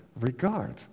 regard